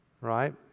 right